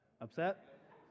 Upset